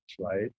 right